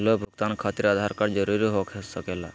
Loan भुगतान खातिर Aadhaar card जरूरी हो सके ला?